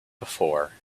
before